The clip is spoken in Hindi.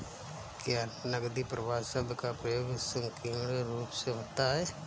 क्या नकदी प्रवाह शब्द का प्रयोग संकीर्ण रूप से होता है?